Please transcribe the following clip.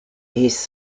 his